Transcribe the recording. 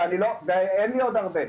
ואין לי עוד הרבה.